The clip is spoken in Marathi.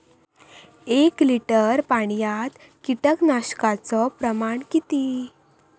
एक लिटर पाणयात कीटकनाशकाचो प्रमाण किती?